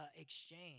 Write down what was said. exchange